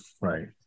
right